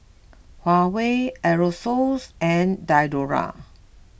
Huawei Aerosoles and Diadora